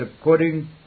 according